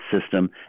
system